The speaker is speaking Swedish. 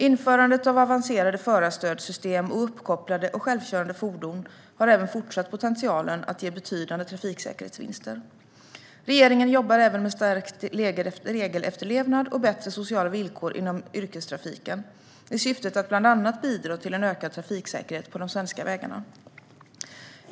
Införandet av avancerade förarstödsystem och uppkopplade och självkörande fordon har även fortsättningsvis potentialen att ge betydande trafiksäkerhetsvinster. Regeringen jobbar även med stärkt regelefterlevnad och bättre sociala villkor inom yrkestrafiken i syfte att bland annat bidra till en ökad trafiksäkerhet på de svenska vägarna.